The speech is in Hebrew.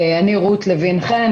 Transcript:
אני רות לוין-חן,